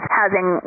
housing